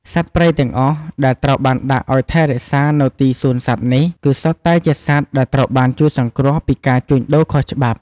សត្វព្រៃទាំងអស់ដែលត្រូវបានដាក់ឱ្យថែរក្សានៅទីសួនសត្វនេះ គឺសុទ្ធតែជាសត្វដែលត្រូវបានជួយសង្គ្រោះពីការជួញដូរខុសច្បាប់។